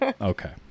Okay